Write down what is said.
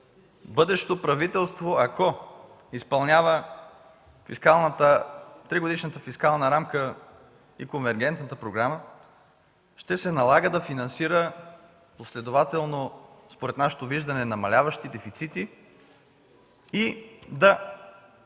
„Бъдещо правителство, ако изпълнява тригодишната фискална рамка и конвергентната програма, ще се налага да финансира последователно, според нашето виждане, намаляващи дефицити и да